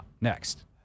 next